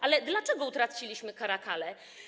Ale dlaczego utraciliśmy caracale?